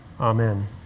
Amen